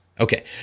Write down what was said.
Okay